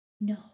No